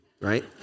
right